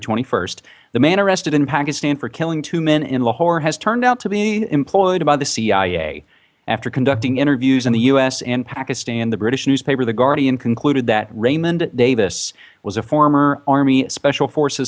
twenty one the man arrested in pakistan for killing two men in lahore has turned out to be employed by the cia after conducting interviews in the u s and pakistan the british newspaper the guardian concluded that raymond davis was a former army special forces